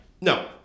No